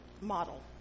model